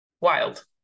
Wild